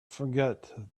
forget